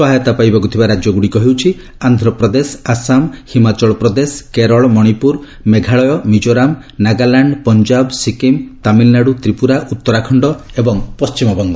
ସହାୟତା ପାଇବାକୁ ଥିବା ରାଜ୍ୟଗୁଡ଼ିକ ହେଉଛି ଆନ୍ଧ୍ରପ୍ରଦେଶ ଆସାମ ହିମାଚଳ ପ୍ରଦେଶ କେରଳ ମଣିପୁର ମେଘାଳୟ ମିକ୍ଜୋରାମ ନାଗାଲାଣ୍ଡ ପଞ୍ଜାବ ସିକ୍କିମ୍ ତାମିଲନାଡୁ ତ୍ୱିପୁରା ଉତ୍ତରାଖଣ୍ଡ ଏବଂ ପଶ୍ଚିମବଙ୍ଗ